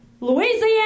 Louisiana